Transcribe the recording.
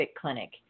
clinic